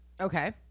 Okay